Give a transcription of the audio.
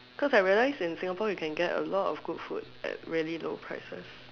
cause I realize in Singapore you can get a lot of good food at really low prices